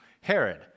Herod